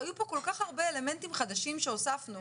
היו פה כל כך הרבה אלמנטים חדשים שהוספנו,